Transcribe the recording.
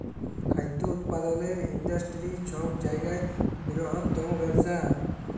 খাদ্য উৎপাদলের ইন্ডাস্টিরি ছব জায়গার বিরহত্তম ব্যবসা